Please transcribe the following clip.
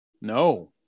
No